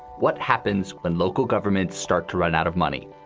what happens when local governments start to run out of money?